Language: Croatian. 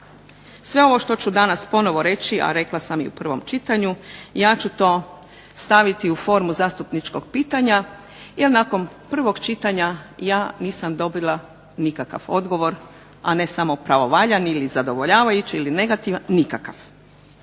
Sve ovo što ću danas ponovno reći, a rekla sam i u prvom čitanju ja ću to staviti u formu zastupničkog pitanja jer nakon prvog čitanja ja nisam dobila nikakav odgovor, a ne samo kao valjani ili zadovoljavajući ili negativan, nikakav.